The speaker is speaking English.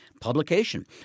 publication